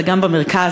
גם במרכז,